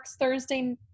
Thursday